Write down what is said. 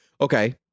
okay